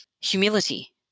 Humility